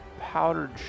Powdered